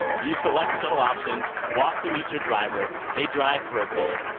you select the shuttle option, walk to meet your driver. they drive for a bit.